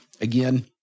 again